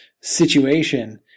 situation